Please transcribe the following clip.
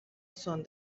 son